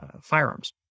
firearms